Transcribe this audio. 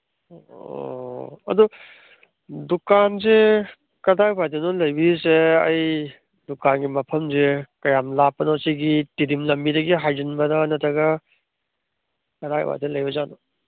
ꯑꯣ ꯑꯗꯨ ꯗꯨꯀꯥꯟꯁꯦ ꯀꯗꯥꯏꯋꯥꯏꯗꯅꯣ ꯂꯩꯕꯤꯔꯤꯁꯦ ꯑꯩ ꯗꯨꯀꯥꯟꯒꯤ ꯃꯐꯝꯁꯦ ꯀꯃꯥꯏꯅ ꯂꯥꯞꯄꯅꯣ ꯁꯤꯒꯤ ꯇꯤꯗꯤꯝ ꯂꯝꯕꯤꯗꯒꯤ ꯍꯥꯏꯖꯤꯟꯕꯔꯥ ꯅꯠꯇ꯭ꯔꯒ ꯀꯔꯥꯏꯋꯥꯏꯗ ꯂꯩꯕꯖꯥꯠꯅꯣ